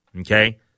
okay